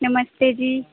नमस्ते जी